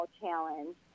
Challenge